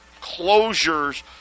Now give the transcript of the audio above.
closures